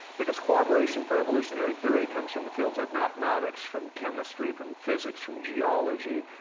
because corroboration for evolutionary theory comes from the fields of mathematics, from chemistry, from physics, from geology,